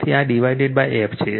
તેથી આ divided f છે